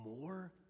more